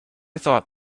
thought